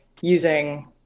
using